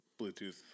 Bluetooth